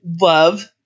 love